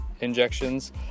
injections